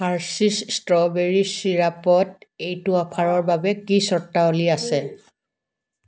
Hershey's strawberry ছিৰাপত এইটো অফাৰৰ বাবে কি চৰ্তাৱলী আছে